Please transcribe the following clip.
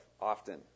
often